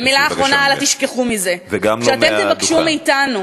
ומילה אחרונה, אל תשכחו את זה: כשאתם תבקשו מאתנו